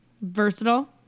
versatile